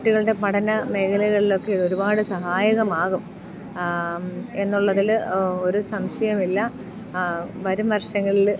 കുട്ടികുടെ പഠന മേഖലകളിലൊക്കെ ഒരുപാട് സഹായകമാകും എന്നുള്ളതി ൽ ഒരു സംശയമില്ല വരുമർശങ്ങളിൽ